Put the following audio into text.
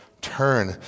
Turn